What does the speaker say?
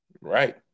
Right